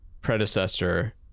predecessor